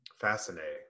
Fascinating